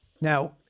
Now